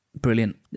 Brilliant